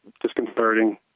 disconcerting